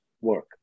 work